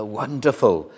wonderful